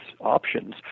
options